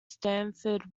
stanford